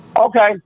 Okay